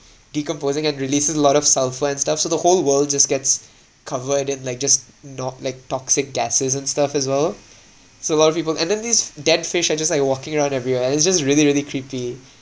decomposing and releases a lot of sulphur and stuff so the whole world just gets covered in like just not like toxic gases and stuff as well so a lot of people and then these dead fish are just like walking around everywhere it's just really really creepy